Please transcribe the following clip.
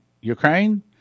Ukraine